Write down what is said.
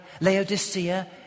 Laodicea